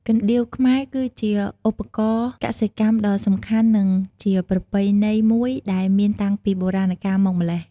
កណ្ដៀវខ្មែរ គឺជាឧបករណ៍កសិកម្មដ៏សំខាន់ និងជាប្រពៃណីមួយ ដែលមានតាំងពីបុរាណកាលមកម្ល៉េះ។